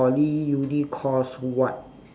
poly uni course what